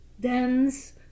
dense